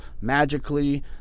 magically